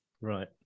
right